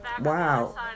Wow